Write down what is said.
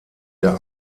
der